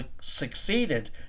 succeeded